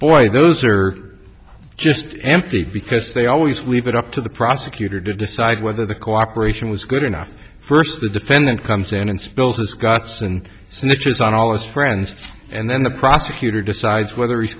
boy those are just empty because they always leave it up to the prosecutor did decide whether the cooperation was good enough first the defendant comes in and spilled his guts and snitches on all its friends and then the prosecutor decides whether